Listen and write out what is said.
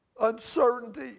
Uncertainty